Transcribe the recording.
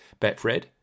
betfred